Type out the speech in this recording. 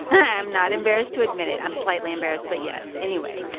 i'm not embarrassed to admit it. i'm slightly embarrassed. but, yes, anyway,